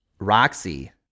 Roxy